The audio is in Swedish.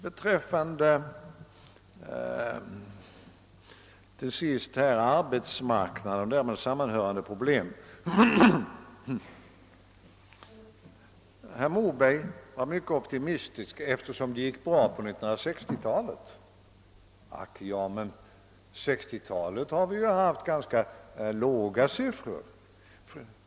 Beträffande de med arbetsmarknaden sammanhängande problemen vill jag säga att herr Moberg var mycket optimistisk när han hänvisade till att det hade gått mycket bra under 1960-talet. Ack ja, men under 1960-talet har vi ju haft ganska låga siffror.